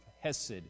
Hesed